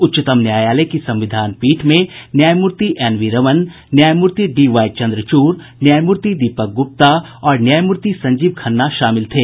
उच्चतम न्यायालय की संविधान पीठ में न्यायमूर्ति एनवी रमन न्यायमूर्ति डीवाई चंद्रचूड़ न्यायमूर्ति दीपक गुप्ता और न्यायमूर्ति संजीव खन्ना शामिल थे